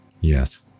Yes